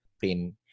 pain